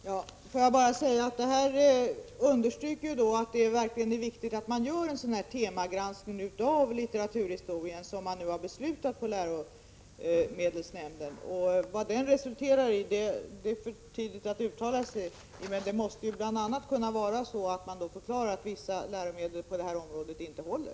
Herr talman! Får jag bara säga att detta understryker att det verkligen är viktigt att man gör en sådan temagranskning av litteraturhistorien som läromedelsnämnden nu har beslutat om. Vad den skall resultera i är det för tidigt att uttala sig om, men det måste bl.a. kunna leda till att man förklarar att vissa läromedel på detta område inte håller.